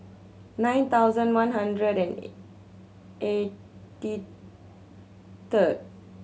nine thousand one hundred and eighty third